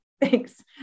Thanks